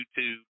YouTube